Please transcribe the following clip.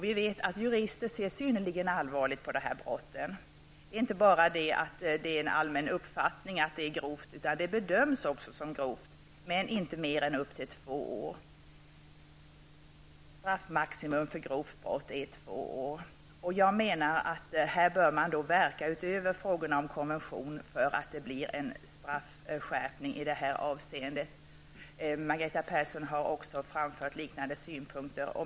Vi vet att jurister ser synnerligen allvarligt på de här brotten. Det är inte bara det att det är en allmän uppfattning att det här brottet är grovt, utan det bedöms också som grovt, men trots det är straffmaximum för grovt brott två år. Jag menar att man bör verka för att det blir en straffskärpning i det här avseendet. Margareta Persson har framfört liknande synpunkter.